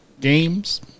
games